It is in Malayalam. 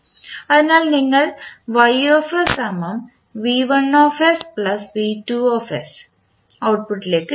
അതിനാൽ നിങ്ങൾ ഔട്ട്പുട്ടിലേക്ക് ലഭിക്കും